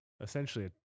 essentially